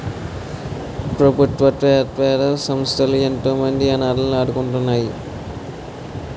ప్రభుత్వేతర సంస్థలు ఎంతోమంది అనాధలను ఆదుకుంటున్నాయి